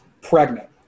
Pregnant